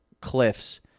cliffs